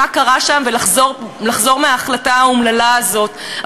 קרה שם ולחזור מההחלטה האומללה הזאת.